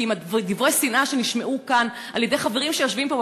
כי עם דברי השנאה שנשמעו כאן מחברים שיושבים פה,